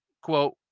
Quote